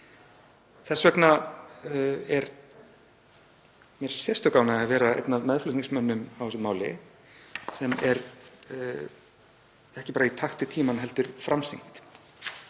því. Mér er því sérstök ánægja að vera einn af meðflutningsmönnum á þessu máli sem er ekki bara í takt við tímann heldur framsýnt.